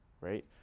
right